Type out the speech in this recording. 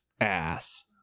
ass